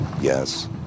yes